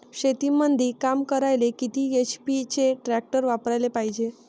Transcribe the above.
शेतीमंदी काम करायले किती एच.पी चे ट्रॅक्टर वापरायले पायजे?